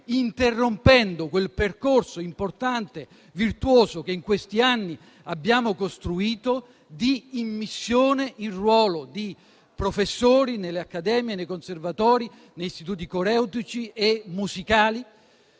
interrompendo quel percorso importante, virtuoso, che in questi anni abbiamo costruito, di immissione in ruolo di professori nelle accademie, nei conservatori, negli istituti coreutici e musicali.